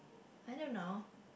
I don't know